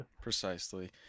Precisely